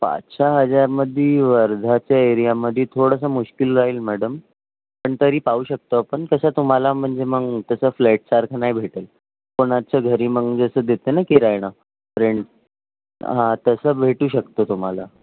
पाच सहा हजारामध्ये वर्धाच्या एरियामध्ये थोडंसं मुश्किल जाईल मॅडम पण तरी पाहू शकतो आपण कसं तुम्हाला म्हणजे मग तसं फ्लॅटसारखं नाही भेटेल कोणाच्या घरी मग जसं देते ना किरायानं रेंट हां तसं भेटू शकतो तुम्हाला